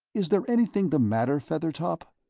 is there anything the matter, feathertop?